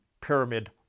pyramid